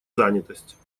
занятость